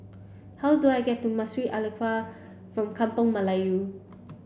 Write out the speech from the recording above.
how do I get to Masjid Alkaff from Kampung Melayu